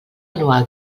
anual